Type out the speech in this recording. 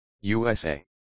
USA